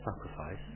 sacrifice